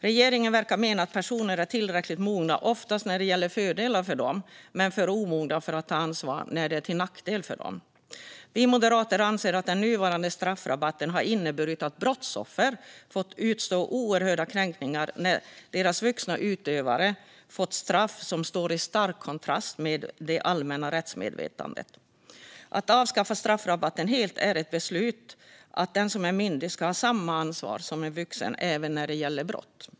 Regeringen verkar mena att personer är tillräckligt mogna oftast när det gäller fördelar för dem, men att de är för omogna för att ta ansvar när det är till nackdel för dem. Vi moderater anser att den nuvarande straffrabatten har inneburit att brottsoffer fått utstå oerhörda kränkningar när deras vuxna utövare fått straff som står i stark kontrast mot det allmänna rättsmedvetandet. Att avskaffa straffrabatten helt är ett beslut som innebär att den som är myndig ska ha samma ansvar som en vuxen även när det gäller brott.